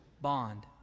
bond